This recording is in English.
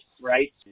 right